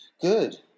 Good